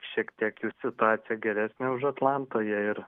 šiek tiek jų situacija geresnė už atlanto ir